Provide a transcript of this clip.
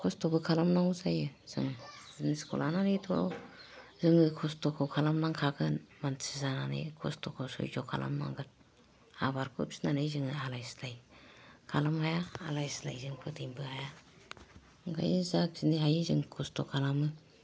खस्थ'बो खालामनांगौ जायो जों जिनिसखौ लानानैथ' जोङो खस्थ'खौ खालामनांखागोन मानसि जानानै खस्थ'खौ सैज' खालामनांगोन आबादखौ फिनानै जों आलाय सिलाय खालामनो हाया आलाय सिलाय जों फोथैनोबो हाया ओंखायनो जा फिनो हायो जों खस्थ' खालामो